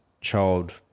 child